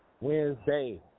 Wednesday